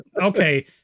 okay